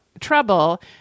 trouble